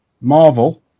Marvel